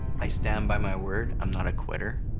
i stand by my word. i'm not a quitter.